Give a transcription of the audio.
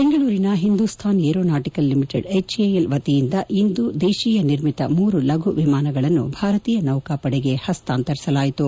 ಬೆಂಗಳೂರಿನ Hindustan aeronautical limited HAL ವತಿಯಿಂದ ಇಂದು ದೇಶೀಯ ನಿರ್ಮಿತ ಮೂರು ಲಘು ವಿಮಾನಗಳನ್ನು ಭಾರತೀಯ ನೌಕಾಪಡೆಗೆ ಪಸ್ತಾಂತರಿಸಲಾಯಿತು